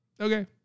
Okay